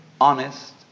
honest